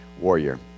warrior